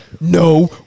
no